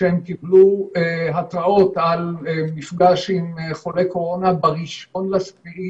שהם קיבלו התראות על מפגש עם חולי קורונה ב-1 ביולי.